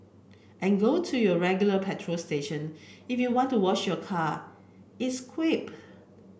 and go to your regular petrol station if you want to wash your car its quipped